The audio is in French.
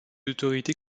autorités